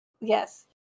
Yes